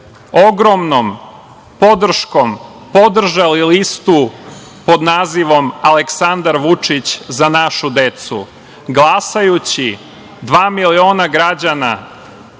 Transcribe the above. ogromnom podrškom podržali listu pod nazivom Aleksandar Vučić – Za našu decu, glasajući, dva miliona građana,